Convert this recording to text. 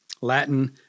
Latin